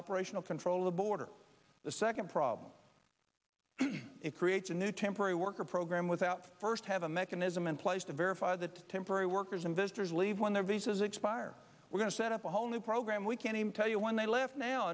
operational control of the border the second problem it creates a new temporary worker program without first have a mechanism in place to verify that temporary workers investors leave when their visas expire we're going to set up a whole new program we can't even tell you when they left now